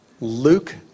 Luke